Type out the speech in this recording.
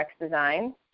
Design